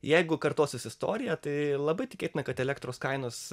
jeigu kartosis istorija tai labai tikėtina kad elektros kainos